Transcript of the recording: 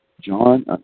John